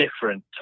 different